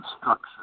structure